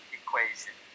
equation